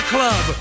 Club